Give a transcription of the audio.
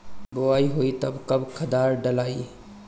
बोआई होई तब कब खादार डालाई?